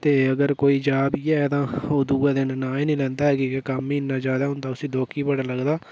ते अगर कोई जा बी ऐ तां ओह् दूऐ दिन नांऽ निं लैंदा की कटम्म ई इ'न्ना जादै होंदा उसी दुक्ख ई बड़ा लगदा